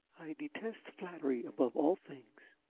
detest flattery above all things!